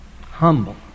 humble